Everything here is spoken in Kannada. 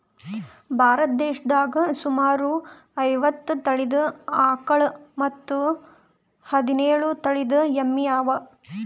ಭಾರತ್ ದೇಶದಾಗ್ ಸುಮಾರ್ ಐವತ್ತ್ ತಳೀದ ಆಕಳ್ ಮತ್ತ್ ಹದಿನೇಳು ತಳಿದ್ ಎಮ್ಮಿ ಅವಾ